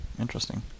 Interesting